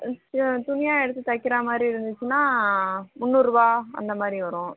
ஆ சரி துணியாக எடுத்து தைக்கிற மாதிரி இருந்துச்சின்னா முன்னூறுபா அந்த மாதிரி வரும்